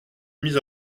mis